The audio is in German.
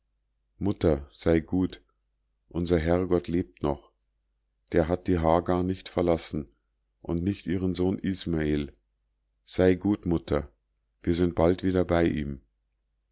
mutter sei gut unser herrgott lebt noch der hat die hagar nicht verlassen und nicht ihren sohn ismael sei gut mutter wir sind bald wieder bei ihm